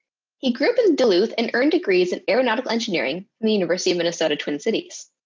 he grew up in duluth and earned degrees in aeronautical engineering from the university of minnesota, twin cities.